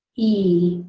e.